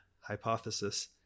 hypothesis